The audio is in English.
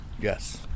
Yes